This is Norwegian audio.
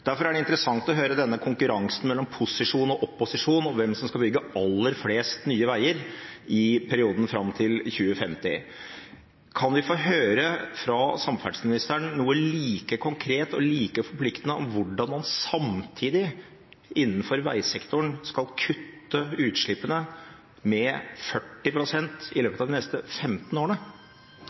Derfor er det interessant å høre denne konkurransen mellom posisjon og opposisjon om hvem som skal bygge aller flest nye veier i perioden fram til 2050. Kan vi få høre fra samferdselsministeren noe like konkret og like forpliktende om hvordan man samtidig innenfor veisektoren skal kutte utslippene med 40 pst. i løpet av de neste 15 årene?